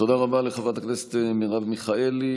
תודה רבה לחברת הכנסת מרב מיכאלי.